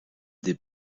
des